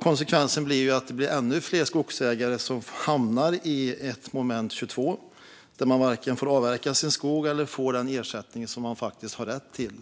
Konsekvensen blir att ännu fler skogsägare hamnar i ett moment 22, där man varken får avverka sin skog eller får den ersättning som man har rätt till.